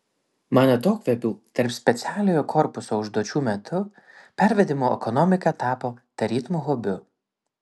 man atokvėpių tarp specialiojo korpuso užduočių metu pervedimų ekonomika tapo tarytum hobiu